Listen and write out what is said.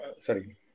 Sorry